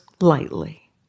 lightly